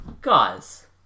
guys